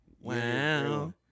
Wow